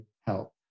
help